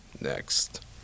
Next